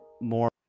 more